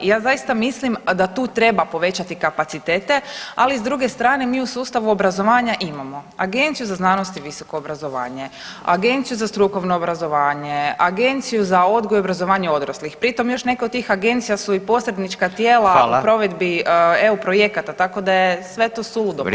Ja zaista mislim da tu treba povećati kapacitete, ali s druge strane mi u sustavu obrazovanja imamo Agenciju za znanost i visoko obrazovanje, Agenciju za strukovno obrazovanje, Agenciju za odgoj i obrazovanje odraslih, pri tom još neko od tih agencija su i posrednička tijela u provedbi eu projekata, tako da je sve to suludo postavljeno.